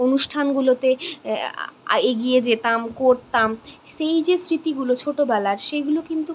অনুষ্ঠানগুলোতে এগিয়ে যেতাম করতাম সেই যে স্মৃতিগুলো ছোটবেলার সেগুলো কিন্তু